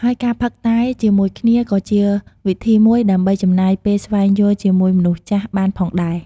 ហើយការផឹកតែជាមួយគ្នាក៏ជាវិធីមួយដើម្បីចំណាយពេលស្វែងយល់ជាមួយមនុស្សចាស់បានផងដែរ។